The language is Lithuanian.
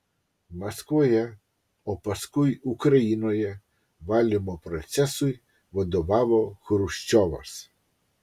maskvoje o paskui ukrainoje valymo procesui vadovavo chruščiovas